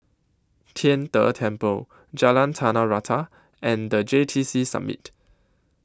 Tian De Temple Jalan Tanah Rata and The J T C Summit